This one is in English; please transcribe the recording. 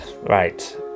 Right